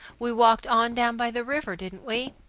we walked on down by the river, didn't we?